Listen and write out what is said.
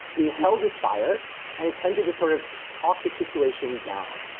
so he held his fire and attended to sort of talk this situation down.